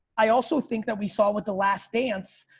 i also think that we saw with the last dance,